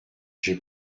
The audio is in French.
j’ai